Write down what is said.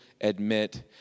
admit